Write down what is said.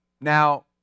Now